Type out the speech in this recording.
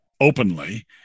openly